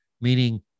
meaning